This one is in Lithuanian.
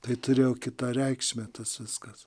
tai turėjo kitą reikšmę tas viskas